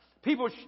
People